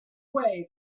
way